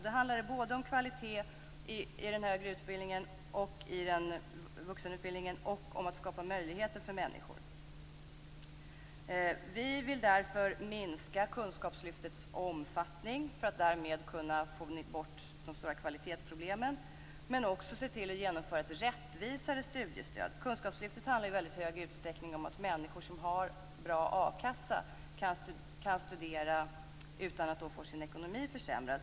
Då handlar det både om kvalitet i den högre utbildningen och vuxenutbildningen och om att skapa möjligheter för människor. Vi vill därför minska kunskapslyftets omfattning, för att därmed få bort de stora kvalitetsproblemen. Men vi vill också se till att genomföra ett rättvisare studiestöd. Kunskapslyftet handlar i väldigt stor utsträckning om att människor som har bra a-kassa kan studera utan att få sin ekonomi försämrad.